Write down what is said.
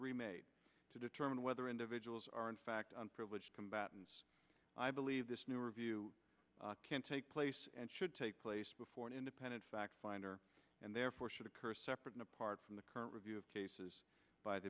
remade to determine whether individuals are in fact privileged combatants i believe this new review can take place and should take place before an independent fact finder and therefore should occur separate and apart from the current review of cases by the